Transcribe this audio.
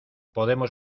podemos